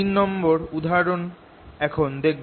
তিন নম্বর উদাহরন্টা এখন দেখব